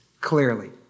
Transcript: clearly